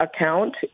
account